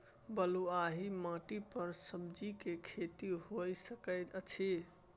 बलुआही माटी पर सब्जियां के खेती होय सकै अछि?